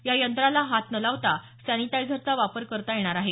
या यंत्राला हात न लावता सॅनिटायझरचा वापर करता येणार आहे